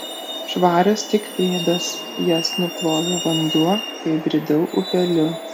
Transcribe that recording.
švarios tik pėdos jas nuplovė vanduo kai bridau upeliu